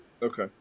okay